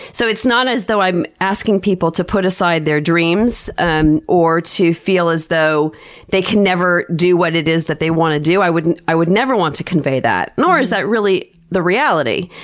so it's not as though i'm asking people to put aside their dreams um or to feel as though they can never do what it is that they want to do. i would i would never want to convey that, nor is that really the reality.